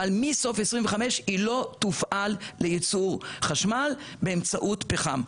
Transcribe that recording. אבל מסוף 2025 היא לא תופעל ליצור חשמל באמצעות פחם,